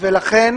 ולכן